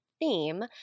theme